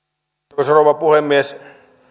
arvoisa rouva puhemies